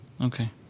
Okay